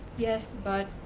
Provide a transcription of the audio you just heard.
yes, but.